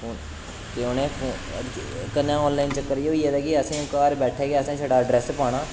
ते उ'नें कन्नै आनलाइन चक्कर केह् होई गेदा कि असें घर बैठे गै असें छड़ा अड्रैस पाना